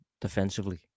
defensively